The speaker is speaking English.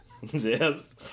yes